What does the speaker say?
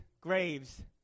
graves